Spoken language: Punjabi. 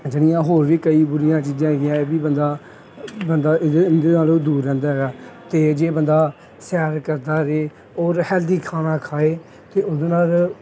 ਜਿਹੜੀਆਂ ਹੋਰ ਵੀ ਕਈ ਬੁਰੀਆਂ ਚੀਜ਼ਾਂ ਹੈਗੀਆਂ ਇਹ ਵੀ ਬੰਦਾ ਬੰਦਾ ਇਹਦੇ ਇਹਦੇ ਨਾਲ਼ੋਂ ਦੂਰ ਰਹਿੰਦਾ ਹੈਗਾ ਅਤੇ ਜੇ ਬੰਦਾ ਸੈਰ ਕਰਦਾ ਰਹੇ ਔਰ ਹੈਲਥੀ ਖਾਣਾ ਖਾਏ ਤਾਂ ਉਹਦੇ ਨਾਲ਼